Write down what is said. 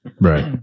Right